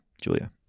Julia